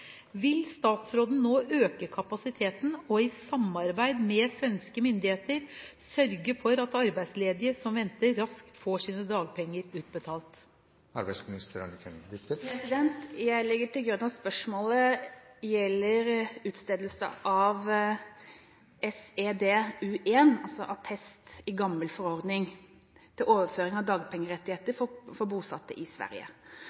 i samarbeid med svenske myndigheter sørge for at arbeidsledige som venter, raskt får sine dagpenger utbetalt?» Jeg legger til grunn at spørsmålet gjelder utstedelse av SED U1 – altså attest i gammel forordning – til overføring av dagpengerettigheter for bosatte i Sverige.